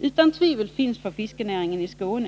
utan tvivel finns för fiskerinäringen i Skåne.